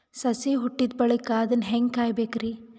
ಸಸಿ ಹುಟ್ಟಿದ ಬಳಿಕ ಅದನ್ನು ಹೇಂಗ ಕಾಯಬೇಕಿರಿ?